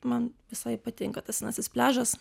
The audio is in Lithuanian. man visai patinka tas senasis pliažas